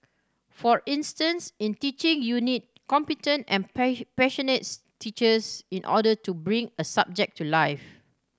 for instance in teaching you need competent and teachers in order to bring a subject to life